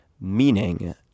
Meaning